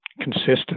consistent